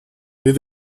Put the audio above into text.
wir